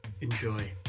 Enjoy